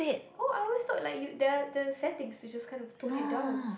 oh I always thought like you their the settings you just kind of tone it down